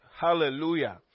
Hallelujah